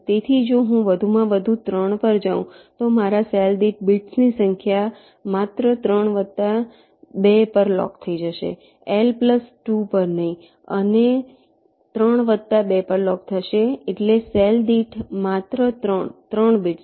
તેથી જો હું વધુમાં વધુ 3 પર જાઉં તો મારા સેલ દીઠ બિટ્સની સંખ્યા માત્ર 3 વત્તા 2 પર લૉક થઈ જશે L પ્લસ 2 પર નહીં અને 3 વત્તા 2 પર લૉક થશે એટલે સેલ દીઠ માત્ર 3 3 બિટ્સ